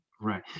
Right